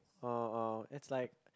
orh orh it's like